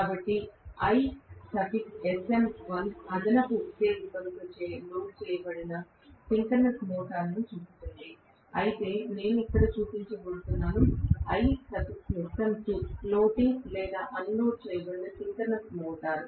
కాబట్టి ISM1 అదనపు ఉత్తేజం తో లోడ్ చేయబడిన సింక్రోనస్ మోటారును చూపుతుంది అయితే నేను ఇక్కడ చూపించబోతున్నాను ISM2 ఫ్లోటింగ్ లేదా అన్లోడ్ చేయబడిన సింక్రోనస్ మోటారు